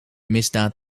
misdaad